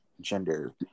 gender